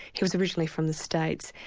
he was originally from the states,